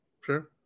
sure